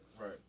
Right